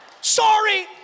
Sorry